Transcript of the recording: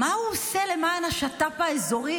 מה הוא עושה למען שיתוף הפעולה האזורי